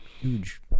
huge